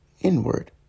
inward